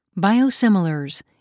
Biosimilars –